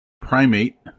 primate